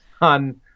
on